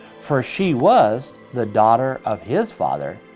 for she was the daughter of his father,